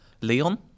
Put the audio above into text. Leon